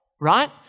right